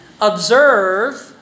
Observe